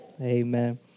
Amen